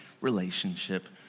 relationship